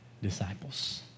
Disciples